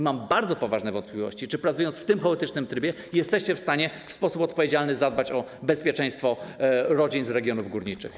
Mam bardzo poważne wątpliwości, czy pracując w tym chaotycznym trybie jesteście w stanie w sposób odpowiedzialny zadbać o bezpieczeństwo rodzin z regionów górniczych.